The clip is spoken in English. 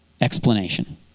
explanation